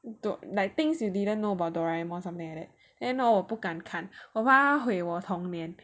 like things you didn't know about Doraemon or something like that then hor 我不敢看我怕他会毁我童年